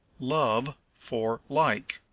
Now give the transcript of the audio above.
love for like.